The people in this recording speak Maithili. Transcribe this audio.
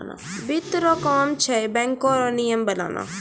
वित्त रो काम छै बैको रो नियम बनाना